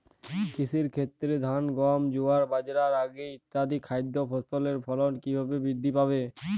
কৃষির ক্ষেত্রে ধান গম জোয়ার বাজরা রাগি ইত্যাদি খাদ্য ফসলের ফলন কীভাবে বৃদ্ধি পাবে?